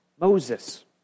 Moses